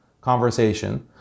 conversation